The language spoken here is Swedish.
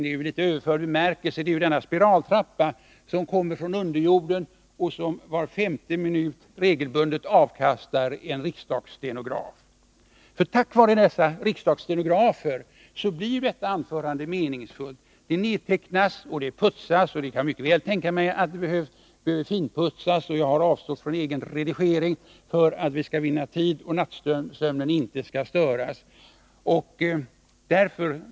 I litet överförd bemärkelse avser jag den spiraltrappa som kommer från underjorden och var femte minut regelbundet avkastar en riksdagsstenograf. Tack vare dessa riksdagsstenografer blir detta anförande meningsfullt. Det nedtecknas, och det blir putsat. Jag kan mycket väl tänka mig att det behöver finputsas. Jag har avstått från egen redigering för att vinna tid och för att nattsömnen inte skall störas. Fru talman!